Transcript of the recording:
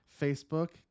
Facebook